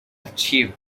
achieved